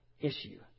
issue